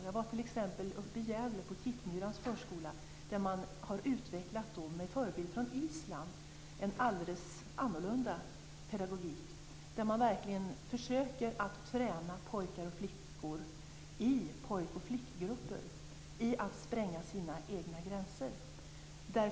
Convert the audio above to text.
Jag var t.ex. uppe i Gävle på Tittmyrans förskola där man, med förebild från Island, har utvecklat en alldeles annorlunda pedagogik där man i pojk och flickgrupper verkligen försöker att träna pojkar och flickor i att spränga sina egna gränser.